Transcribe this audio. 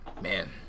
man